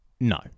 No